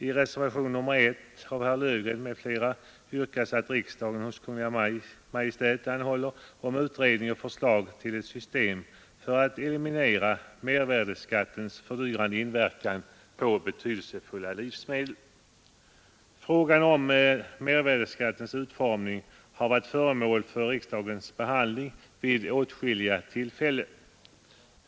I reservationen 1 av herr Löfgren m.fl. yrkas att riksdagen hos Kungl. Maj:t anhåller om utredning och förslag till ett system för att eliminera mervärdeskattens fördyrande inverkan på betydelsefulla livsmedel. Frågan om mervärdeskattens utformning har varit föremål för riksdagens behandling vid åtskilliga tillfällen.